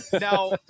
Now